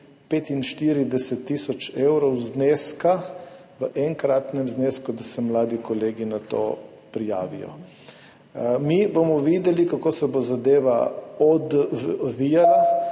45 tisoč evrov v enkratnem znesku, da se mladi kolegi na to prijavijo. Bomo videli, kako se bo zadeva odvijala.